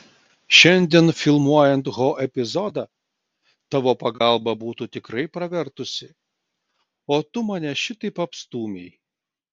šiandien filmuojant ho epizodą tavo pagalba būtų tikrai pravertusi o tu mane šitaip apstūmei